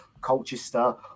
Colchester